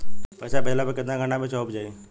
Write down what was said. पैसा भेजला पर केतना घंटा मे पैसा चहुंप जाई?